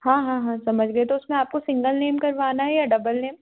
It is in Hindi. हाँ हाँ हाँ समझ गए तो उसमें आपको सिंगल नेम करवाना है या डबल नेम